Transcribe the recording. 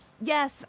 Yes